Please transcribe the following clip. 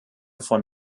von